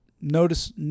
notice